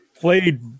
played